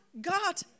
God